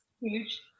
huge